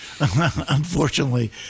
Unfortunately